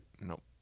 Nope